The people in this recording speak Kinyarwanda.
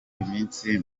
iminsi